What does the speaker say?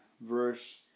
verse